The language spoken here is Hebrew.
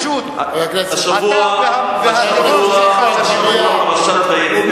אתה והטרור חבר הכנסת אגבאריה,